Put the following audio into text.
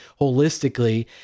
holistically